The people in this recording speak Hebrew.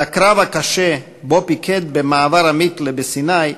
על הקרב הקשה שבו פיקד במעבר המיתלה בסיני,